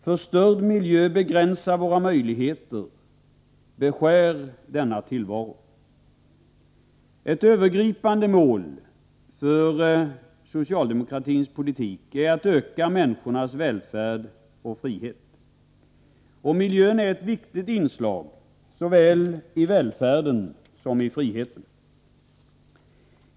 Förstörd miljö begränsar våra möjligheter och beskär vår tillvaro. Ett övergripande mål för socialdemokratins politik är att öka människornas välfärd och frihet. Miljön är ett viktigt inslag såväl i välfärden som i friheten.